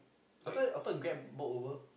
I thought I though Grab bought over